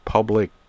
public